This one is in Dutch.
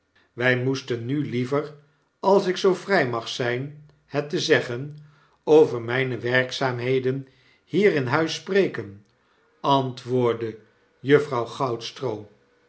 wij moesten nu liever als ik zoo vrij mag zijn het te zeggen over mijne werkzaamheden bier in huis spreken antwoordde